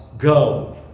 go